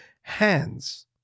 hands